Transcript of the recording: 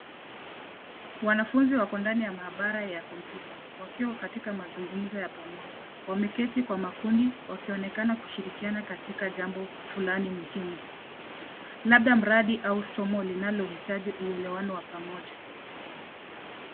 Wanafunzi wako ndani ya mahabara ya kompyuta wakiwa katika mazungumzo ya pamoja. Wameketi kwa makundi wakionekana kushirikiana katika jambo fulani muhimu labda mradi au somo linalohitaji uwelewano wa pamoja.